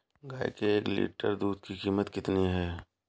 गाय के एक लीटर दूध की कीमत कितनी है?